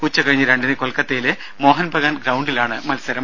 ഉച്ചകഴിഞ്ഞ് രണ്ടിന് കൊൽക്കത്തയിലെ മോഹൻബഗാൻ ഗ്രൌണ്ടിലാണ് മത്സരം